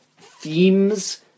themes